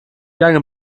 lange